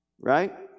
right